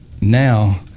now